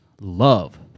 love